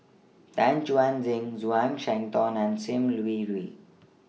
Tan Chuan Jin Zhuang Shengtao and SIM Yi Hui